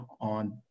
on